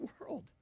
world